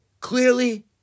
clearly